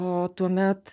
o tuomet